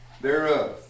thereof